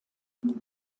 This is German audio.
sie